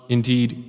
Indeed